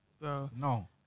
No